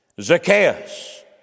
Zacchaeus